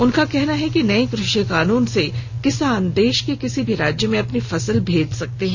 उनका कहना है कि नए कृषि कानून से किसान देश के किसी भी राज्य में अपनी फसल को भेज सकते हैं